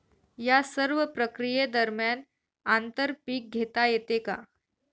या सर्व प्रक्रिये दरम्यान आंतर पीक घेता येते का?